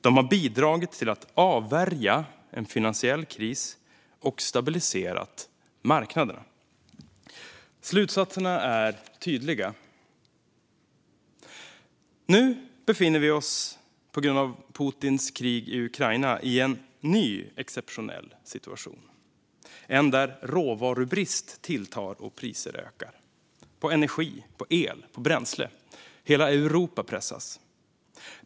De har bidragit till att avvärja en finansiell kris och stabiliserat marknaderna. Slutsatserna är tydliga. Nu befinner vi oss på grund av Putins krig i Ukraina i en ny exceptionell situation. Det är en där råvarubrist tilltar och priser ökar - på energi, på el och på bränsle. Hela Europa pressas.